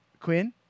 Quinn